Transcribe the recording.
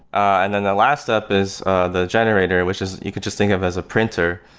and then the last step is the generator, which is you can just think of as a printer.